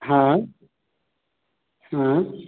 हाँ हाँ